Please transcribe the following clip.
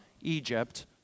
Egypt